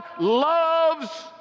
loves